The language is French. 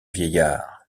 vieillard